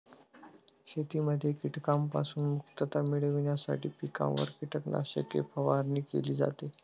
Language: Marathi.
शेतीमध्ये कीटकांपासून मुक्तता मिळविण्यासाठी पिकांवर कीटकनाशके फवारणी केली जाते